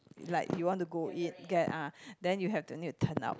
like you want to go in get ah then you have to need to turn out